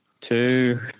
two